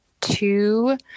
two